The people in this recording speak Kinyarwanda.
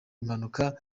impanuka